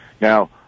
now